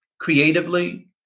creatively